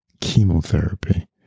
chemotherapy